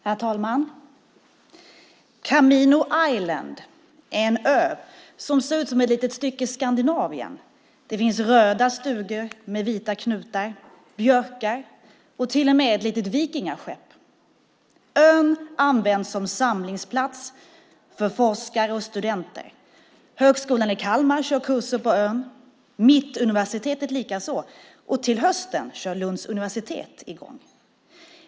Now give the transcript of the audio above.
Herr talman! Kamimo Island är en ö som ser ut som ett litet stycke Skandinavien. Det finns röda stugor med vita knutar, björkar och till och med ett vikingaskepp. Ön används som samlingsplats för forskare och studenter. Högskolan i Kalmar kör kurser på ön, Mittuniversitet likaså och till hösten kör Lunds universitet i gång.